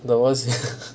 there was